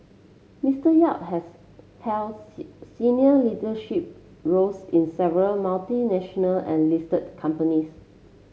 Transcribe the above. Mister Yap has held senior leadership roles in several multinational and listed companies